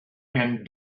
and